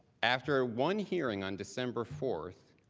after one hearing on december four,